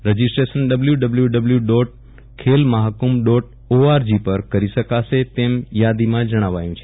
registration W W dot Khel Mahakumbh dot ORG પર કરી શકાશે તેમ યાદીમાં જણાવાયું છે